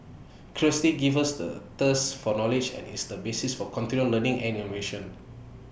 curiosity gives us the thirst for knowledge and is the basis for continual learning and innovation